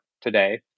today